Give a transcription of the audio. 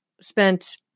spent